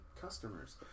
customers